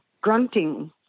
grunting